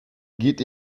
geht